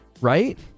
Right